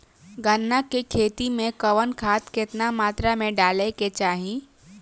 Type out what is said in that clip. गन्ना के खेती में कवन खाद केतना मात्रा में डाले के चाही?